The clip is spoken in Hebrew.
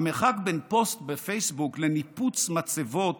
המרחק בין פוסט בפייסבוק לניפוץ מצבות